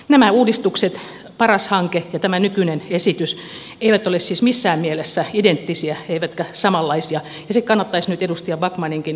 nämä uudistukset paras hanke ja tämä nykyinen esitys eivät ole siis missään mielessä identtisiä eivätkä samanlaisia ja se kannattaisi nyt edustaja backmaninkin tunnustaa